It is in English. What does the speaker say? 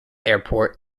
airport